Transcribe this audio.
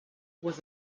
was